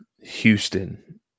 Houston